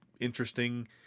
interesting